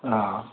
हा